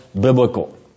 biblical